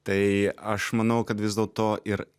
tai aš manau kad vis dėlto ir